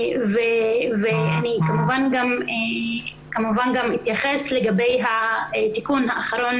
ואני כמובן גם אתייחס לגבי התיקון האחרון